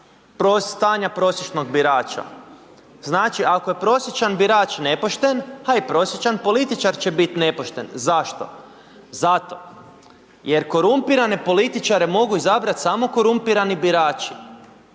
stanja prosječnog birača, znači ako je prosječan birač nepošten, a i prosječan političar će biti nepošten. Zašto? Zato, jer korumpirane političare mogu izabrati samo korumpirani birači.